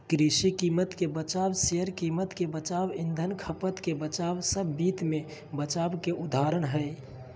कृषि कीमत के बचाव, शेयर कीमत के बचाव, ईंधन खपत के बचाव सब वित्त मे बचाव के उदाहरण हय